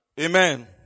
Amen